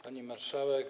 Pani Marszałek!